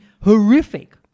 horrific